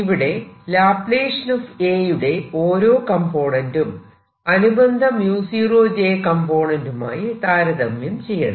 ഇവിടെ 2 A യുടെ ഓരോ കംപോനെൻറ്റും അനുബന്ധ 0 j കംപോണെൻറ്റുമായി താരതമ്യം ചെയ്യണം